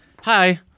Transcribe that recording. hi